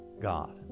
God